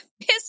piss